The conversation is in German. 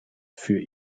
für